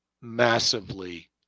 massively